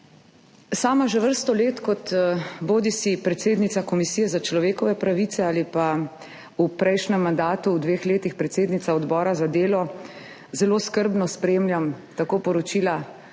Sama že vrsto let bodisi kot predsednica komisije za človekove pravice bodisi kot v prejšnjem mandatu v dveh letih predsednica odbora za delo zelo skrbno spremljam tako poročila